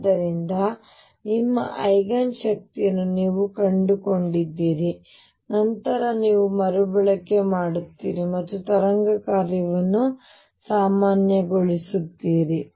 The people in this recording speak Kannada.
ಆದ್ದರಿಂದ ನಿಮ್ಮ ಐಗನ್ ಶಕ್ತಿಯನ್ನು ನೀವು ಕಂಡುಕೊಂಡಿದ್ದೀರಿ ನಂತರ ನೀವು ಮರುಬಳಕೆ ಮಾಡುತ್ತೀರಿ ಮತ್ತು ತರಂಗ ಕಾರ್ಯವನ್ನು ಸಾಮಾನ್ಯಗೊಳಿಸುತ್ತೀರಿ